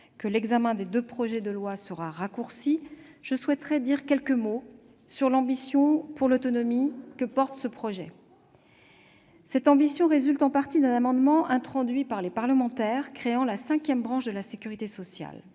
que l'examen des deux projets de loi sera raccourci, je souhaiterais dire quelques mots sur l'ambition pour l'autonomie que porte ce projet de loi. Cette ambition résulte en partie d'un amendement introduit par les parlementaires, qui visait à créer la cinquième branche de la sécurité sociale.